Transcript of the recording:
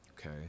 Okay